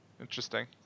Interesting